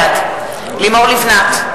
בעד לימור לבנת,